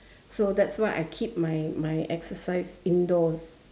so that's why I keep my my exercise indoors